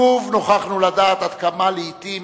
שוב נוכחנו לדעת עד כמה, לעתים,